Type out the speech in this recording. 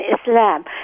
Islam